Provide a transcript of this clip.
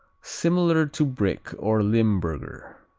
similar to brick or limburger.